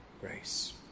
grace